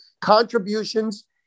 contributions